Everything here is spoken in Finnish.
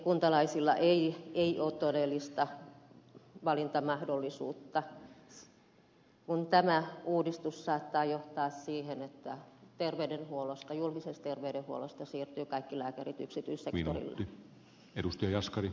kuntalaisilla ei ole todellista valintamahdollisuutta kun tämä uudistus saattaa johtaa siihen että julkisesta terveydenhuollosta siirtyvät kaikki lääkärit yksityissektorille